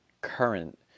current